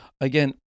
again